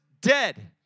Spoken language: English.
dead